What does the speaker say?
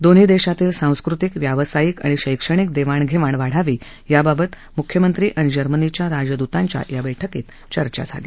दोन्ही देशांतील सांस्कृतिक व्यावसायिक आणि शैक्षणिक देवाण घेवाण वाढावी याबाबत म्ख्यमंत्री आणि जर्मनीच्या राजद्तांच्या या बैठकीत चर्चा झाली